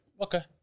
Okay